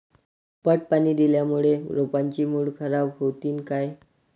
पट पाणी दिल्यामूळे रोपाची मुळ खराब होतीन काय?